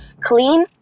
clean